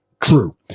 true